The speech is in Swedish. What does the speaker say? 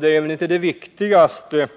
Det är väl inte det viktigaste